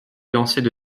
lançaient